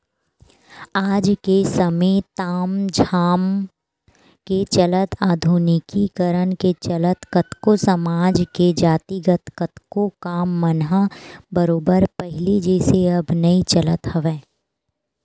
आज के समे ताम झाम के चलत आधुनिकीकरन के चलत कतको समाज के जातिगत कतको काम मन ह बरोबर पहिली जइसे अब नइ चलत हवय